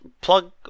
plug